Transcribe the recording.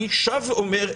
אני שב ואומר,